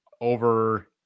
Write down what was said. over